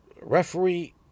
Referee